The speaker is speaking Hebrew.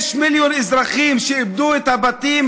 יש מיליון אזרחים שאיבדו את הבתים,